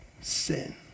sin